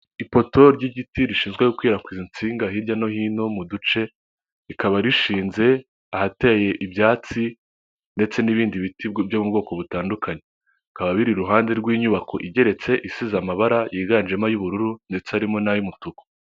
Ipoto ry'igiti rishinzwe gukwirakwiza insinga hirya no hino mu duce, rikaba rishinze ahateye ibyatsi ndetse n'ibindi biti byo mu bwoko butandukanye, bikaba biri iruhande rw'inyubako igeretse isize amabara yiganjemo ay'ubururu ndetse arimo n'ay'umutuku.